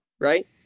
Right